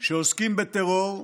שעוסקים בטרור,